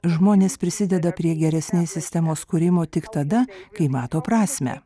žmonės prisideda prie geresnės sistemos kūrimo tik tada kai mato prasmę